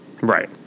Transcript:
Right